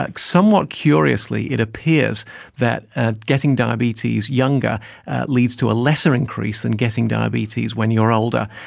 like somewhat curiously it appears that ah getting diabetes younger leads to a lesser increase than getting diabetes when you're older.